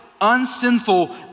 unsinful